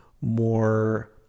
more